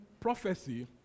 Prophecy